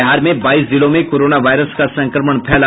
बिहार में बाईस जिलों में कोरोना वायरस का संक्रमण फैला